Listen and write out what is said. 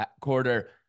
quarter